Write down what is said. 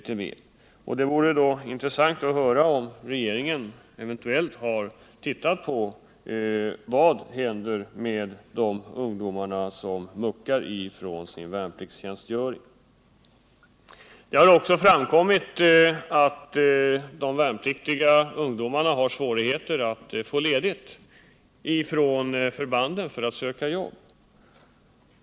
Det kunde vara intressant att höra om regeringen har studerat vad som händer med de ungdomar som rycker ut från sin värnpliktstjänstgöring. Det har också framkommit att de värnpliktiga ungdomarna har svårigheter att få ledigt från förbanden för att söka jobb.